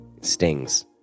stings